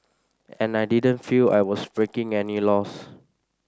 and I didn't feel I was breaking any laws